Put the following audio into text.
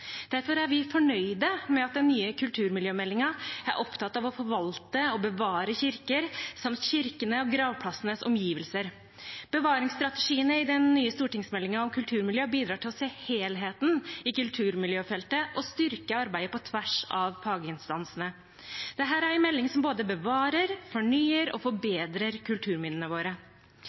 Derfor er vi fornøyd med at den nye kulturmiljømeldingen er opptatt av å forvalte og bevare kirker samt kirkenes og gravplassenes omgivelser. Bevaringsstrategiene i den nye stortingsmeldingen om kulturmiljø bidrar til å se helheten i kulturmiljøfeltet og styrke arbeidet på tvers av faginstansene. Dette er en melding som både bevarer, fornyer og forbedrer kulturminnene våre.